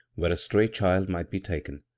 where a stray child might be taken,